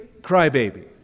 crybaby